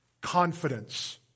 confidence